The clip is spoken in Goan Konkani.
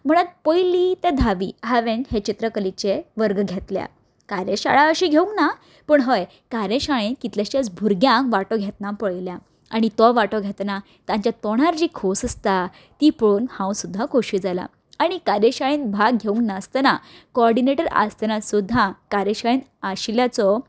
पयलीं ते धावी हांवें हे चित्रकलेचे वर्ग घेतल्या कार्यशाळा अशी घेवंक ना पूण हय कार्यशाळेन कितलेशेच भुरग्यांक वांटो घेतना पळयल्या आनी तो वांटो घेतना तांच्या तोणार जी खोस आसता ती पळोवन हांव सुद्दां खोशी जालां आनी कार्यशाळेन भाग घेवंक नासतना कॉर्डिनेटर आसतना सुद्दां कार्यशाळेंत आशिल्ल्याचो